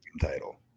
title